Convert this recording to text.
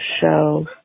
show